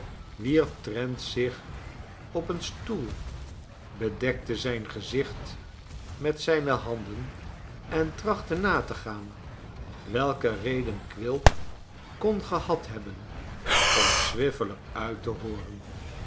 wierp trent zich op een stoel bedekte zijn gezicht met zijne handen en trachtte na te gaan welke redenen quilp kon gehad hebben om swiveller uit te hooren